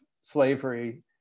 slavery